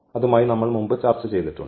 അതുമായി നമ്മൾ മുമ്പ് ചർച്ച ചെയ്തിട്ടുണ്ട്